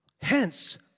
hence